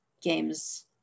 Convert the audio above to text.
games